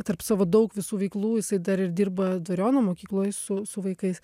tarp savo daug visų veiklų jisai dar ir dirba dvariono mokykloj su su vaikais